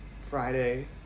Friday